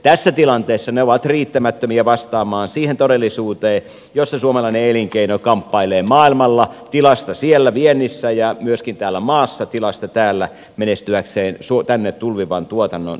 tässä tilanteessa ne ovat riittämättömiä vastaamaan siihen todellisuuteen jossa suomalainen elinkeino kamppailee maailmalla tilasta viennissä ja täällä tilasta menestyäkseen tänne tulvivan tuotannon kanssa